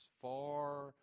far